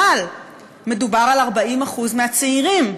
אבל מדובר על 40% מהצעירים.